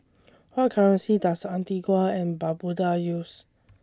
What currency Does Antigua and Barbuda use